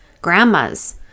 grandmas